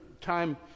time